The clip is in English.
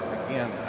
again